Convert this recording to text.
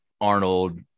Arnold